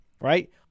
right